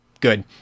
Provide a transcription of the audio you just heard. Good